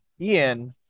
Ian